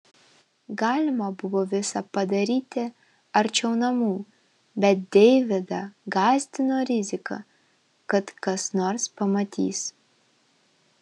galima buvo visa padaryti arčiau namų bet deividą gąsdino rizika kad kas nors pamatys